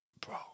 Bro